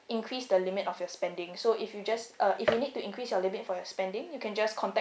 increase the limit of your spending so if you just uh if you need to increase your limit for your spending you can just contact